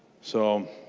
so